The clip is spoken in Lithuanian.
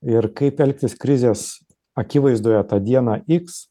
ir kaip elgtis krizės akivaizdoje tą dieną iks